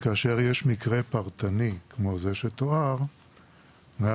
כאשר יש מקרה פרטני כמו זה שתואר אין